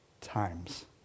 times